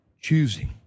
choosing